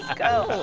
go